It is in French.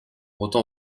autant